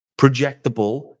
projectable